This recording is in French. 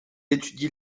étudie